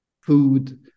food